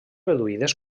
reduïdes